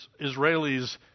Israelis